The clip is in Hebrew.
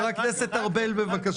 חוקה מציבה בפני החברה אמת מידה נורמטיבית.